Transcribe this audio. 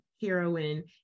heroine